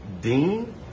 Dean